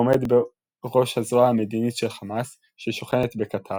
העומד בראש הזרוע המדינית של חמאס ששוכנת בקטר,